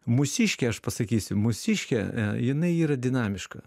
mūsiškė aš pasakysiu mūsiškė jinai yra dinamiška